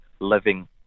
living